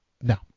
no